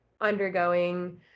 undergoing